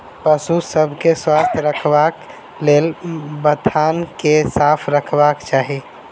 पशु सभ के स्वस्थ रखबाक लेल बथान के साफ रखबाक चाही